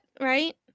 right